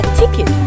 ticket